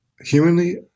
humanly